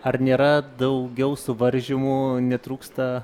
ar nėra daugiau suvaržymų netrūksta